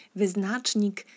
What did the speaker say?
wyznacznik